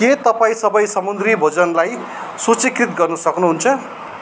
के तपाईँ सबै समुद्री भोजनलाई सूचीकृत गर्नु सक्नुहुन्छ